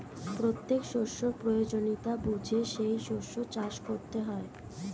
প্রত্যেক শস্যের প্রয়োজনীয়তা বুঝে সেই শস্য চাষ করতে হয়